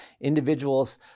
individuals